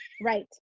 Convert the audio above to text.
right